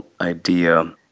idea